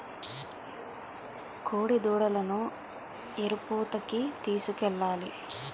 కోడిదూడలను ఎరుపూతకి తీసుకెళ్లాలి